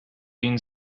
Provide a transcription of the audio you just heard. been